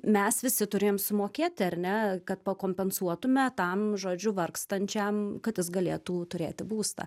mes visi turim sumokėti ar ne kad kompensuotume tam žodžiu vargstančiam kad jis galėtų turėti būstą